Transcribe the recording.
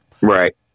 Right